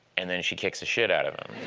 and then she kicks the shit out of him.